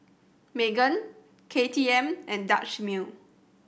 Megan K T M and Dutch Mill